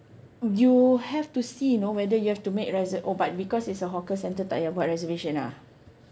you have to see you know whether you have to make reser~ oh but because it's a hawker centre tak yah buat reservation ah